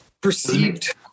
Perceived